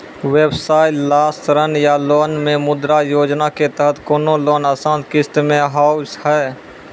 व्यवसाय ला ऋण या लोन मे मुद्रा योजना के तहत कोनो लोन आसान किस्त मे हाव हाय?